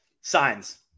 Signs